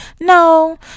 no